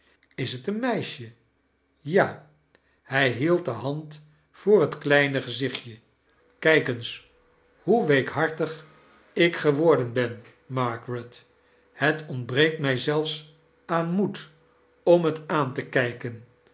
is t een meisjef ja hij hield de hand voor het kleine gezichtje kijk eens hoe weekhartig ik geworden ben margaret het ontbreekt mij zelfs aan moed om het aan te kijken